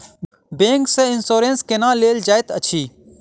bank सँ insurance केना लेल जाइत अछि